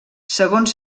segons